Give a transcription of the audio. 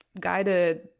guided